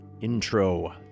intro